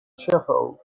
sheffield